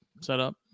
setup